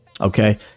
Okay